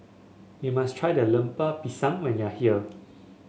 you must try Lemper Pisang when you are here